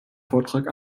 vortrag